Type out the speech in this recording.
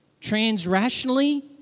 transrationally